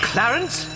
Clarence